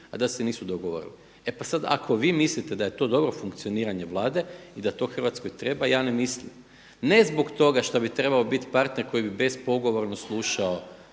a da se nisu dogovorili. E pa sada, ako vi mislite da je to dobro funkcioniranje Vlade i da to Hrvatskoj treba, ja ne mislim ne zbog toga što bi trebao biti partner koji bi bezpogovorno slušao